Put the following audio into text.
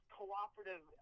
cooperative